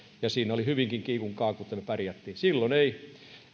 ja siinä oli hyvinkin kiikun kaakun että me pärjäsimme silloin ei